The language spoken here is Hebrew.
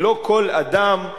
ולא כל אדם,